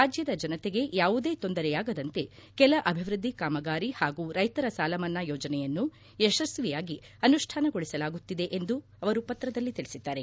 ರಾಜ್ಯದ ಜನತೆಗೆ ಯಾವುದೇ ತೊಂದರೆಯಾಗದಂತೆ ಕೆಲ ಅಭಿವ್ಯದ್ದ ಕಾಮಗಾರಿ ಹಾಗೂ ರೈತರ ಸಾಲಮನ್ನಾ ಯೋಜನೆಯನ್ನು ಯಶಸ್ವಿಯಾಗಿ ಅನುಷ್ಠಾನಗೊಳಿಸಲಾಗುತ್ತಿದೆ ಎಂದು ಅವರು ಪತ್ರದಲ್ಲಿ ತಿಳಿಸಿದ್ದಾರೆ